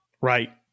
Right